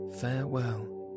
Farewell